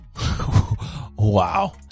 Wow